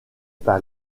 par